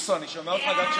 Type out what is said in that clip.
מי בעד?